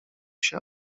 się